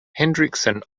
hendrickson